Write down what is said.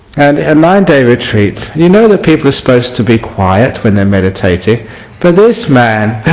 and a nine day retreat. you know that people are supposed to be quiet when they are meditating but this man